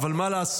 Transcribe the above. אבל מה לעשות,